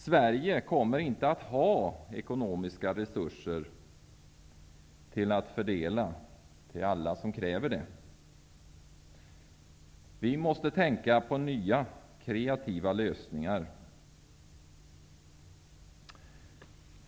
Sverige kommer inte att ha ekonomiska resurser att fördela till alla som kräver det. Vi måste finna nya kreativa lösningar.